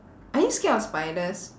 are you scared of spiders